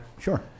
Sure